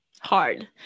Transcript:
hard